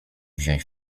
wziąć